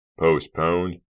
Postponed